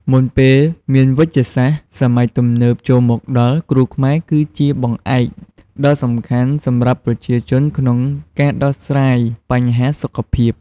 មុនពេលមានវេជ្ជសាស្ត្រសម័យទំនើបចូលមកដល់ គ្រូខ្មែរគឺជាបង្អែកដ៏សំខាន់សម្រាប់ប្រជាជនក្នុងការដោះស្រាយបញ្ហាសុខភាព។